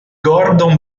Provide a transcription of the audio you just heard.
gordon